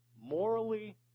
morally